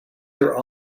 your